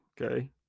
okay